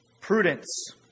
Prudence